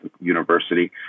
university